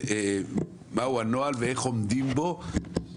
מהו הנוהל ואיך עומדים בו.